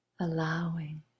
allowing